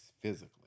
physically